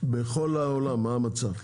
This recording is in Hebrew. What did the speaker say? בכל העולם מה המצב.